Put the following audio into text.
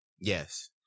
yes